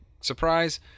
Surprise